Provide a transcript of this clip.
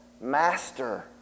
Master